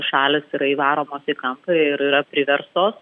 šalys yra įvaromos į kampą ir yra priverstos